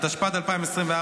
התשפ"ד 2024,